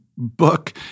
book